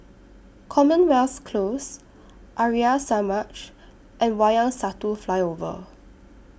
Commonwealth Close Arya Samaj and Wayang Satu Flyover